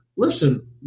listen